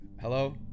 hello